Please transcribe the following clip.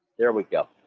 there we go.